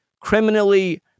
criminally